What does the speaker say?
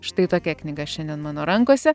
štai tokia knyga šiandien mano rankose